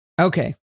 Okay